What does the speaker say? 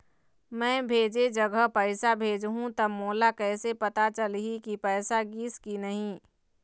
मैं भेजे जगह पैसा भेजहूं त मोला कैसे पता चलही की पैसा गिस कि नहीं?